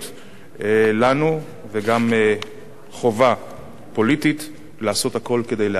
לנו וגם חובה פוליטית לעשות הכול כדי להגן עליהם,